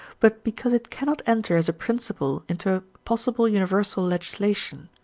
but because it cannot enter as a principle into a possible universal legislation,